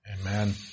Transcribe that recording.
Amen